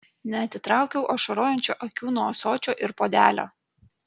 neatitraukiau ašarojančių akių nuo ąsočio ir puodelio